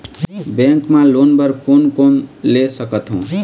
Bank मा loan बर कोन कोन ले सकथों?